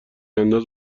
انداز